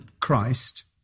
Christ